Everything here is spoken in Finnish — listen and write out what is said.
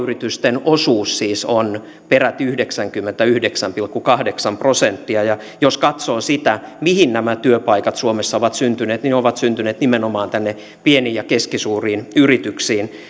yritysten osuus siis on peräti yhdeksänkymmentäyhdeksän pilkku kahdeksan prosenttia ja jos katsoo sitä mihin nämä työpaikat suomessa ovat syntyneet niin ne ovat syntyneet nimenomaan tänne pieniin ja keskisuuriin yrityksiin